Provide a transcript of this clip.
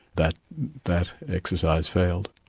that that exercise failed.